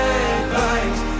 advice